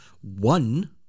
One